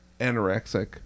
anorexic